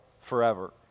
forever